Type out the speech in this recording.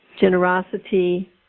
generosity